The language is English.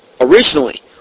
originally